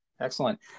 Excellent